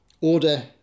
order